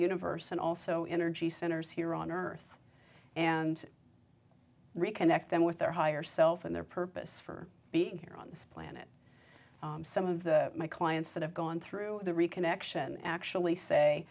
universe and also inner g centers here on earth and reconnect them with their higher self and their purpose for being here on this planet some of my clients that have gone through the reconnection actually say